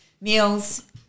meals